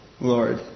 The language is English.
Lord